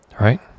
right